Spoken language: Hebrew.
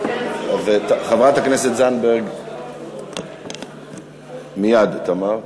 חברת הכנסת זנדברג, מייד, תמר.